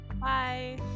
Bye